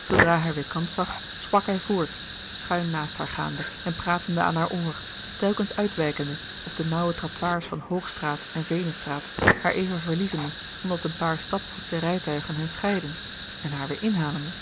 zoodra hij weêr kans zag sprak hij voort schuin naast haar gaande en pratende aan haar oor telkens uitwijkende op de nauwe trottoirs van hoogstraat en veenestraat haar even verliezende omdat een paar stapvoetsche rijtuigen hen scheidden en haar weêr inhalende